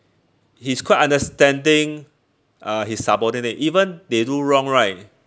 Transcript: he's quite understanding uh his subordinate even they do wrong right